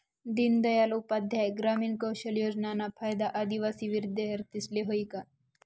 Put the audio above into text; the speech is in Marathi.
दीनदयाल उपाध्याय ग्रामीण कौशल योजनाना फायदा आदिवासी विद्यार्थीस्ले व्हयी का?